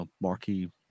marquee